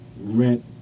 rent